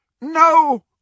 No